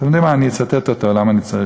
אתם יודעים מה, אני אצטט אותו, למה אני צריך: